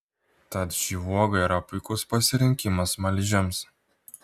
tad ši uoga yra puikus pasirinkimas smaližiams